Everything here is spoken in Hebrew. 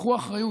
קחו אחריות.